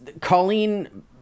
Colleen